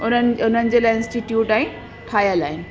उन्हनि उन्हनि जे लाइ इंस्टिट्यूट आहिनि ठहियल आहिनि